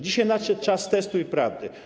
Dzisiaj nadszedł czas testu i prawdy.